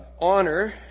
Honor